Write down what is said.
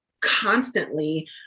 constantly